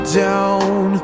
down